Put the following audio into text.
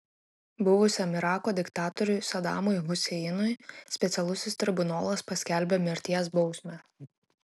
buvusiam irako diktatoriui sadamui huseinui specialusis tribunolas paskelbė mirties bausmę